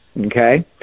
okay